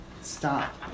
stop